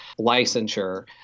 licensure